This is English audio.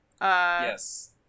yes